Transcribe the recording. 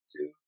Two